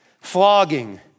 flogging